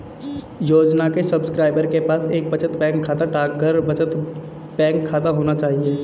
योजना के सब्सक्राइबर के पास एक बचत बैंक खाता, डाकघर बचत बैंक खाता होना चाहिए